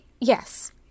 yes